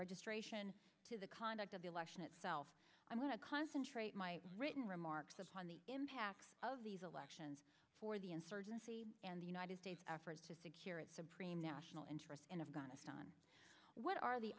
registration to the conduct of the election itself i'm going to concentrate my written remarks upon the impact of these elections for the insurgency and the united states efforts to secure its supreme national interest in afghanistan what are the